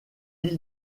îles